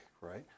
right